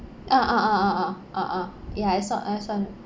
ah ah ah ah ah ah ya I saw I saw that